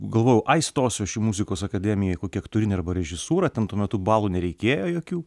galvojau ai stosiu aš į muzikos akademiją į kokį aktorinį arba režisūrą ten tuo metu balų nereikėjo jokių